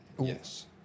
Yes